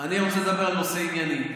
אני רוצה לדבר על נושא ענייני,